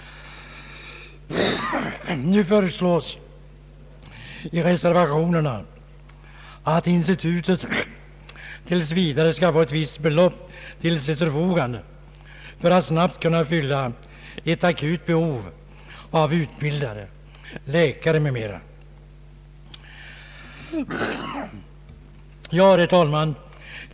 I reservationen föreslås att institutet tills vidare skall få ett visst belopp till sitt förfogande för att snabbt kunna fylla ett akut behov av utbildning av läkare m.m.